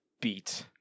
beat